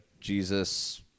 Jesus